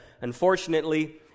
unfortunately